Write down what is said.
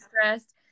stressed